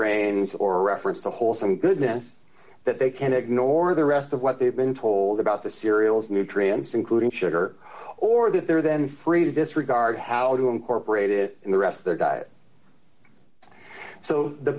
grains or a reference to wholesome goodness that they can ignore the rest of what they've been told about the cereals nutrients including sugar or that they're then free to disregard how to incorporate it in the rest of their diet so the